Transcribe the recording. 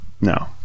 No